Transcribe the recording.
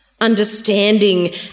understanding